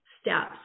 steps